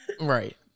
right